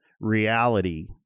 reality